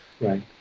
Right